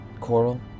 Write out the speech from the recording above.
Coral